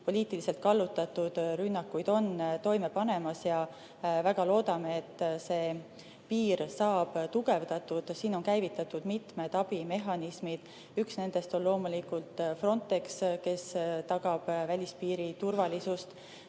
poliitiliselt kallutatud rünnakuid on toime panemas. Väga loodame, et see piir saab tugevdatud. Siin on käivitatud mitmed abimehhanismid, üks nendest on loomulikult Frontex, mis tagab välispiiri turvalisust.